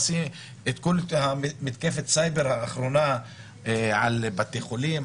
כל מתקפת הסייבר האחרונה על בתי חולים,